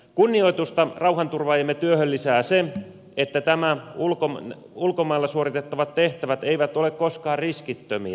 kunnioitusta rauhanturvaajiemme työtä kohtaan lisää se että nämä ulkomailla suoritettavat tehtävät eivät ole koskaan riskittömiä